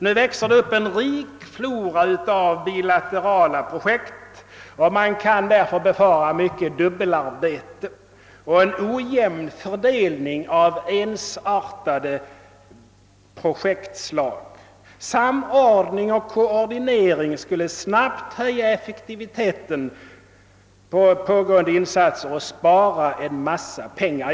Nu växer det upp en rik flora av bilaterala projekt, och man kan därför befara mycket dubbelarbete och en ojämn fördelning av ensartade projekt. En koordinering skulle inte bara snabbt höja effektiviteten av pågående insatser utan också spara pengar.